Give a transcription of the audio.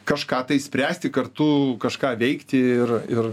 kažką tai spręsti kartu kažką veikti ir ir